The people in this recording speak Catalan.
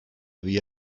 via